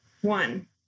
One